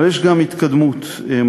אבל יש גם התקדמות משמעותית.